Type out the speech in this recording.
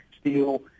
steel